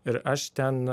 ir aš ten